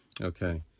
Okay